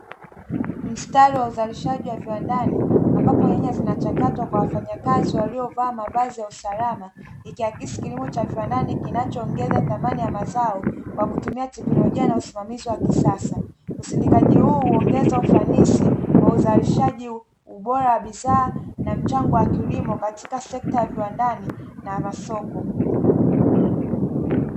Mstari wa uzalishaji wa viwandani ambapo nyanya zinachakatwa kwa wafanyakazi waliovaa mavazi ya usalama, ikihakisi kilimo cha viwandani kinacho ongeza thamani ya mazao kwa kutumia teknolojia na usimamizi wa kisasa, usindikaji huu huongeza ufanisi wa uzalishaji, ubora wa bidhaa na mchango wa kilimo katika sekta ya viwandani na ya masoko.